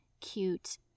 cute